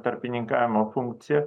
tarpininkavimo funkciją